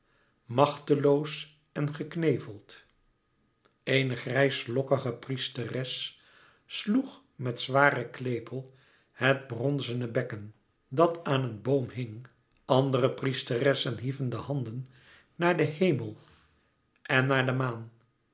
machteloos en gekneveld eene grijslokkige priesteres sloeg met zwaren klepel het bronzene bekken dat aan een boom hing andere priesteressen hieven de handen naar den hemel en naar de maan